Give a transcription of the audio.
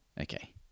okay